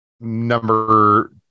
number